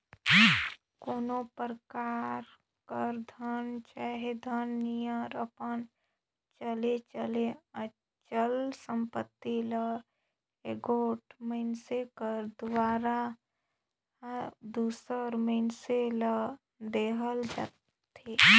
कोनो परकार कर धन चहे धन नियर अपन चल चहे अचल संपत्ति ल एगोट मइनसे कर दुवारा दूसर मइनसे ल देहल जाथे